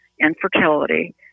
infertility